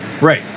right